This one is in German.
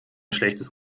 schlechtes